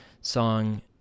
song